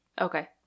Okay